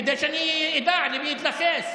כדי שאני אדע למי להתייחס.